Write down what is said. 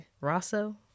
Rosso